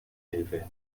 hilfe